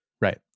Right